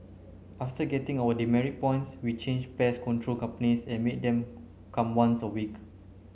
after getting our demerit points we changed pest control companies and made them come once a week